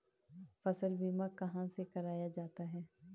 फसल बीमा कहाँ से कराया जाता है?